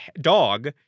dog